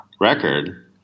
record